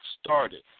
started